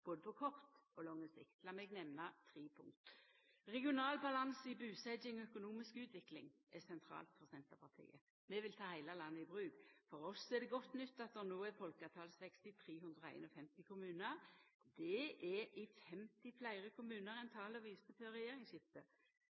både på kort og lang sikt. Lat meg nemna tre punkt: Regional balanse i busetjing og økonomisk utvikling er sentralt for Senterpartiet. Vi vil ta heile landet i bruk. For oss er det godt nytt at det no er folketalsvekst i 351 kommunar. Det er i 50 pst. fleire kommunar enn tala viste